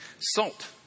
Salt